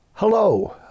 Hello